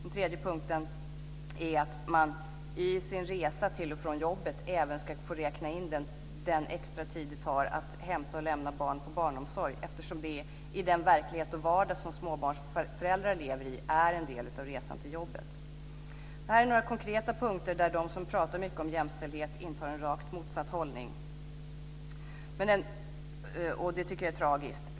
Den tredje punkten är att man i sin resa till och från jobbet även ska få räkna in den extra tid det tar att hämta och lämna barn på barnomsorg, eftersom resan till jobbet är en del av den verklighet och vardag som småbarnsföräldrar lever i. Det här är några konkreta punkter där de som pratar mycket om jämställdhet intar en rakt motsatt hållning. Det tycker jag är tragiskt.